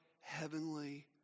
heavenly